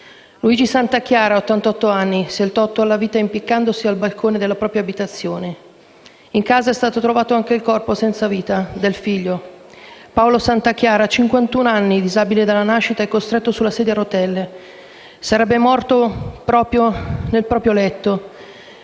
Luigi Santachiara, di 88 anni, si è tolto la vita impiccandosi al balcone della propria abitazione. In casa è stato trovato il corpo senza vita del figlio, Paolo Santachiara, di 51 anni, disabile dalla nascita e costretto sulla sedia a rotelle: egli è morto nel proprio letto,